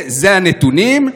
אלה הנתונים.